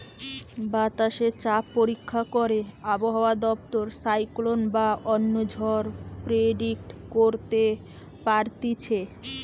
বাতাসে চাপ পরীক্ষা করে আবহাওয়া দপ্তর সাইক্লোন বা অন্য ঝড় প্রেডিক্ট করতে পারতিছে